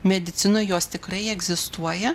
medicinoj jos tikrai egzistuoja